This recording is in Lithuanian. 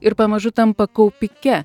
ir pamažu tampa kaupike